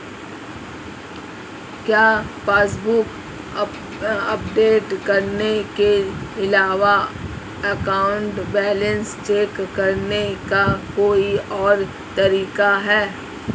क्या passbook update करने के अलावा अकाउंट बैलेंस चेक करने का कोई और तरीका है?